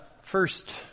first